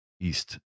east